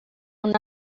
una